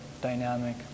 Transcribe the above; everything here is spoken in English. dynamic